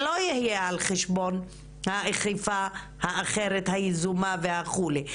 על מנת שזה לא יהיה על חשבון האכיפה האחרת היזומה וכולי.